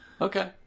Okay